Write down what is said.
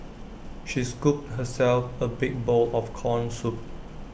she scooped herself A big bowl of Corn Soup